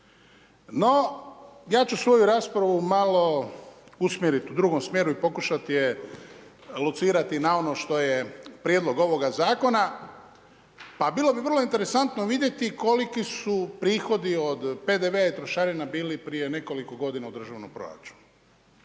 No, ja ću svoju raspravu malo usmjeriti u drugom smjeru i pokušati je locirati na ono što je prijedlog ovoga zakona. Pa bilo bi vrlo interesantno vidjeti koliki su prihodi od PDV-a i trošarina bili prije nekoliko godina u državnom proračunu.